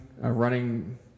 running